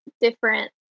different